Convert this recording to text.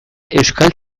euskal